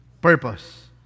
purpose